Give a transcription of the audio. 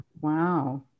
wow